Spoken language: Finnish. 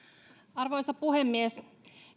arvoisa puhemies